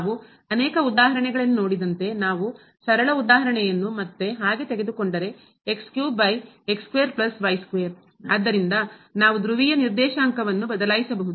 ನಾವು ಅನೇಕ ಉದಾಹರಣೆಗಳಲ್ಲಿ ನೋಡಿದಂತೆ ನಾವು ಸರಳ ಉದಾಹರಣೆಯನ್ನು ಮತ್ತೆ ಹಾಗೆ ತೆಗೆದುಕೊಂಡರೆ ಆದ್ದರಿಂದ ನಾವು ಧ್ರುವೀಯ ನಿರ್ದೇಶಾಂಕವನ್ನು ಬದಲಾಯಿಸಬಹುದು